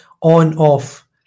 on-off